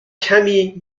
کمی